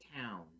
town